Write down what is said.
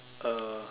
uh